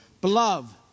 Beloved